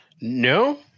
No